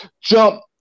Jump